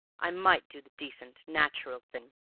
i might do the decent, natural thing,